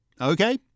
Okay